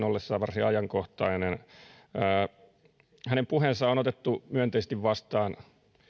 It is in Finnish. ollessa varsin ajankohtainen hänen puheensa on otettu myönteisesti vastaan